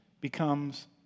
becomes